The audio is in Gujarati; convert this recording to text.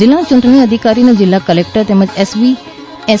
જિલ્લા ચૂંટણી અધિકારી અને જિલ્લા કલેકટર તેમજ એસ